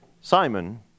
Simon